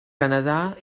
canadà